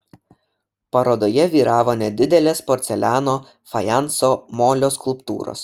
parodoje vyravo nedidelės porceliano fajanso molio skulptūros